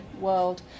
world